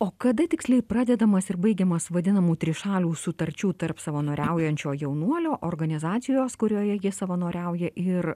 o kada tiksliai pradedamas ir baigiamas vadinamų trišalių sutarčių tarp savanoriaujančio jaunuolio organizacijos kurioje jie savanoriauja ir